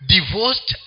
Divorced